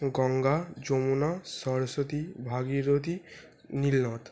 Ganga Yamuna Saraswati Bhagirathi নীলনদ